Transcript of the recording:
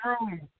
room